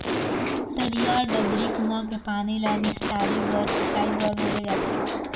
तरिया, डबरी, कुँआ के पानी ल निस्तारी बर, सिंचई बर बउरे जाथे